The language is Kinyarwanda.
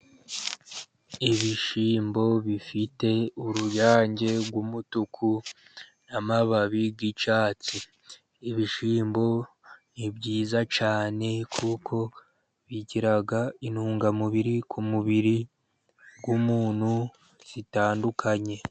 Ibishyimbo bifite uruyange rw'umutuku n' amababi y'icyatsi. Ibishyimbo ni byiza cyane kuko bigira intungamubiri ku mubiri w'umuntu zitandukanye.